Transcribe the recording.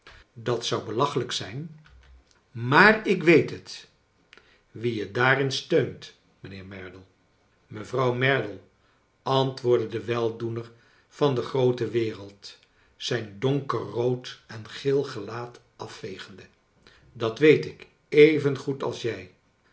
dat zou belachelijk zijn maar ik weet het wie je daarin steunt mijnheer merdle mevrouw merdle antwoordde de weldoener van de groote wereld zijn donkerrood en geel gelaat afvegende dat weet ik even goed als jij